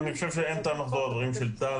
אין טעם לחזור על הדברים של טל.